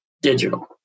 digital